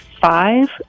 five